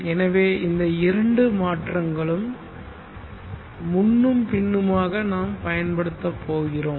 எனவே இந்த இரண்டு மாற்றங்களும் முன்னும் பின்னுமாக நாம் பயன்படுத்தப் போகிறோம்